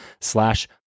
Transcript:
slash